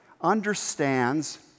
understands